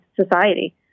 society